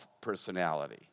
personality